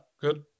Good